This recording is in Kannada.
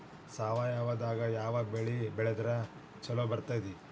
ಸಾವಯವದಾಗಾ ಯಾವ ಬೆಳಿ ಬೆಳದ್ರ ಛಲೋ ಬರ್ತೈತ್ರಿ?